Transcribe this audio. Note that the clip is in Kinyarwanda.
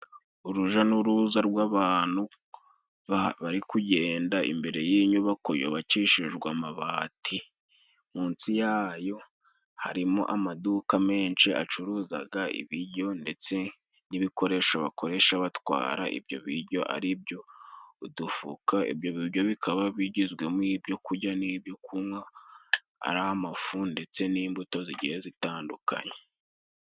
Urujyanuruza rw' abantu bari kugenda imbere y' inyubako yubakishijwe amabati, munsi yayo harimo amaduka menshi acuruza ibiryo, ndetse n' ibikoresho bakoresha batwara ibyo biryo ari byo udufuka; ibyo biryo bikaba bigizwe ibyo kurya n' ibyo kunywa ari amafu, ndetse n' imbuto z' igihe zitandukanye.